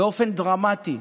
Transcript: באופן דרמטי,